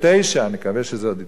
נקווה שזה עוד יתקיים אז,